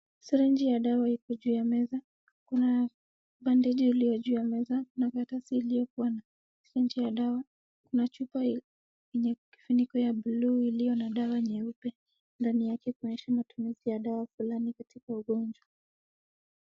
Syringe ya dawa ipo juu ya meza, kuna bandage iliyo juu ya meza, kuna karatasi iliyokuwa na percent ya dawa, kuna chupa yenye kifuniko ya blue iliyo na dawa nyeupe, ndani yake kuonyesha matumizi ya dawa fulani katika ugonjwa.